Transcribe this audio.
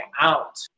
out